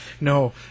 no